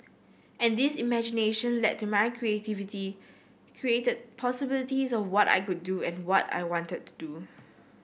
and this imagination led to my creativity created possibilities of what I could do and what I wanted to do